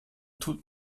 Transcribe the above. tut